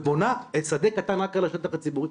ובונה שדה קטן רק על השטח הציבורי,